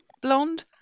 blonde